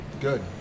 good